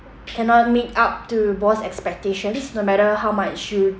cannot meet up to boss expectations no matter how much you